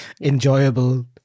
Enjoyable